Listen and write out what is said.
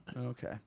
Okay